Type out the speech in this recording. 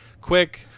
quick